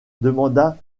demanda